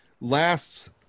Last